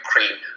Ukraine